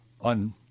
on